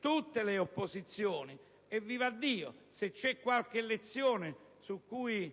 tutte le opposizioni e, vivaddio, se c'è qualche lezione su cui